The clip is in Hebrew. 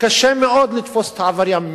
קשה מאוד לתפוס את העבריין.